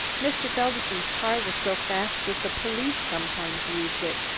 mr. felderson's car was so fast that the police sometimes used it,